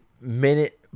minute